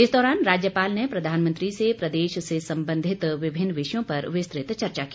इस दौरान राज्यपाल ने प्रधानमंत्री से प्रदेश से संबंधित विभिन्न विषयों पर विस्तृत चर्चा की